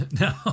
no